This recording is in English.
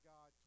God